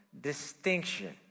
distinction